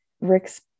Rick's